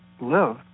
live